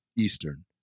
Eastern